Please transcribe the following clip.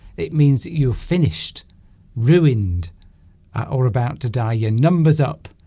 it means that you're finished ruined or about to die your numbers up